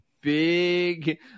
big